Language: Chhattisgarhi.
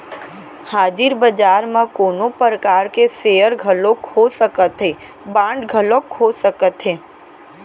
हाजिर बजार म कोनो परकार के सेयर घलोक हो सकत हे, बांड घलोक हो सकत हे